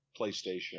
PlayStation